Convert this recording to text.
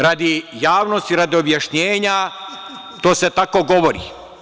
Radi javnosti, radi objašnjenja, to se tako govori.